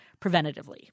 preventatively